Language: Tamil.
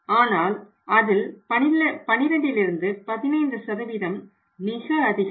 ஆனால் அதில் 12லிருந்து 15 மிக அதிகம்